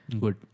good